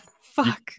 fuck